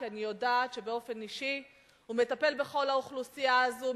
כי אני יודעת שבאופן אישי הוא מטפל בכל האוכלוסייה הזאת,